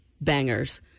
bangers